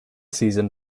season